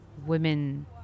women